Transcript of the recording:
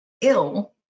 ill